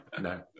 no